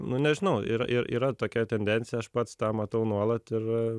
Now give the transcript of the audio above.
nu nežinau ir ir yra tokia tendencija aš pats tą matau nuolat ir